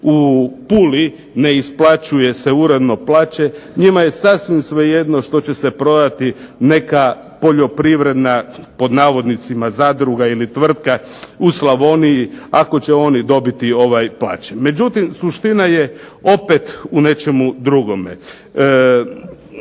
Puli ne isplaćuje se uredno plaće njima je sasvim svejedno što će se prodati neka poljoprivredna pod navodnicima zadruga ili tvrtka u Slavoniji ako će oni dobiti plaće. Međutim, suština je opet u nečemu drugome.